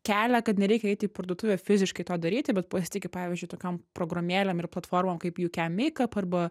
kelią kad nereikia eiti į parduotuvę fiziškai to daryti bet pasitiki pavyzdžiui tokiom programėlėm ir platformom kaip jukan meikap arba